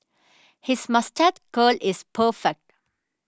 his moustache curl is perfect